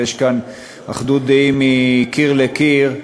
יש כאן אחדות דעים מקיר לקיר,